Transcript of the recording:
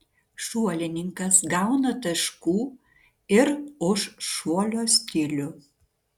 šuolininkas gauna taškų ir už šuolio stilių